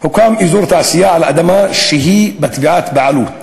הוקם אזור תעשייה על אדמה שהיא בתביעת בעלות,